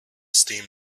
steam